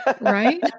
right